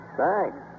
thanks